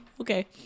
Okay